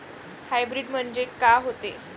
Hybrid म्हनजे का होते?